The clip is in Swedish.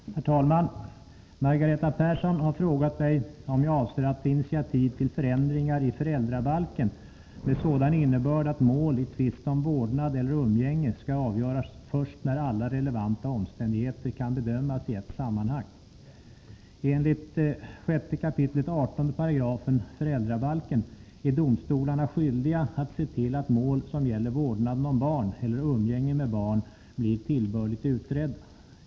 Herr talman! Margareta Persson har frågat mig om jag avser att ta initiativ till förändringar i föräldrabalken med sådan innebörd att mål i tvist om vårdnad eller umgänge skall avgöras först när alla relevanta omständigheter kan bedömas i ett sammanhang. Enligt 6 kap. 18 § föräldrabalken är domstolarna skyldiga att se till att mål som gäller vårdnaden om barn eller umgänge med barn blir tillbörligt utredda.